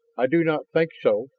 i do not think so,